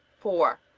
four.